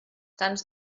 tants